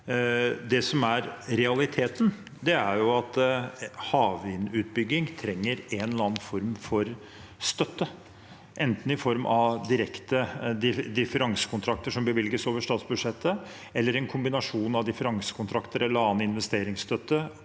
Det som er realiteten, er at havvindutbygging trenger en eller annen form for støtte, enten i form av direkte differansekontrakter som bevilges over statsbudsjettet, eller en kombinasjon av differansekontrakter eller annen investeringsstøtte,